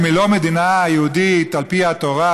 אם היא לא מדינה יהודית על פי התורה,